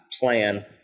plan